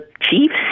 Chiefs